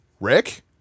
Rick